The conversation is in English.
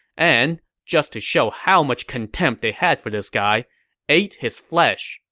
and just to show how much contempt they had for this guy ate his flesh,